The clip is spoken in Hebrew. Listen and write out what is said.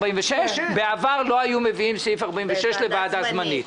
בעבר לא היו מביאים סעיף 46 לוועדה זמנית.